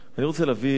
אני רוצה להביא נתון,